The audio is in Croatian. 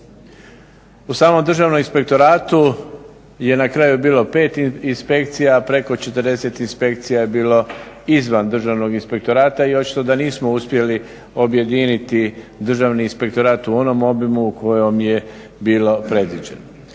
U samom Državnom inspektoratu je na kraju bilo 5 inspekcija, a preko 40 inspekcija je bilo izvan Državnog inspektorata i očito da nismo uspjeli objediniti Državni inspektorat u onom obimu u kojem je bilo predviđeno.